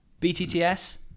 BTTS